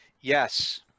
Yes